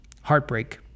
heartbreak